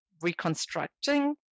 reconstructing